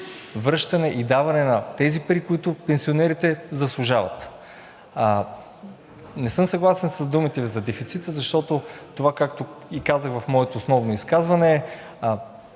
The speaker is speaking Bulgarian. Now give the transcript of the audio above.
връщане и даване на тези пари, които пенсионерите заслужават. Не съм съгласен с думите Ви за дефицита, защото това, както казах и в моето основно изказване,